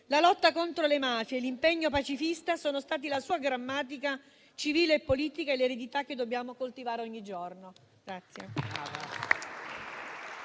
La lotta contro le mafie e l'impegno pacifista sono stati la sua grammatica civile e politica e sono l'eredità che dobbiamo coltivare ogni giorno.